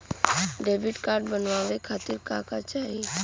Debit card बनवावे खातिर का का चाही?